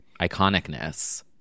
iconicness